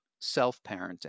self-parenting